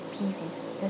peeve is just